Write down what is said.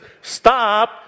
Stop